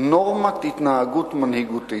נורמת התנהגות מנהיגותית.